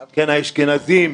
האשכנזים,